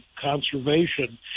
Conservation